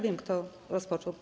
Wiem, kto rozpoczął.